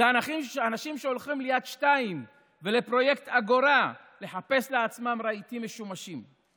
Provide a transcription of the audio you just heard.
אלו אנשים שהולכים ליד 2 ולפרויקט אגורה לחפש לעצמם רהיטים משומשים,